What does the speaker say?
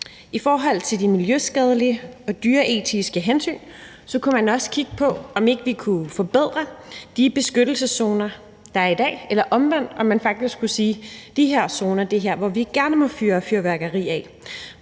I forhold til de miljøskadelige og dyreetiske hensyn kunne man også kigge på, om ikke vi kunne forbedre de beskyttelseszoner, der er i dag – eller omvendt, om man faktisk kunne sige, at i de her zoner må vi gerne fyre fyrværkeri af.